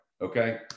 Okay